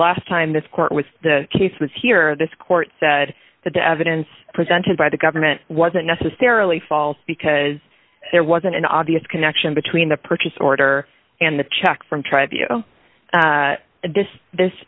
last time this court was the case was here this court said that the evidence presented by the government wasn't necessarily false because there wasn't an obvious connection between the purchase order and the check from try to view this this